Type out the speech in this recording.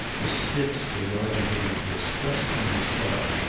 the stiffs regarded him with distrust from the start.